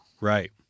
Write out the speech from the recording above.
right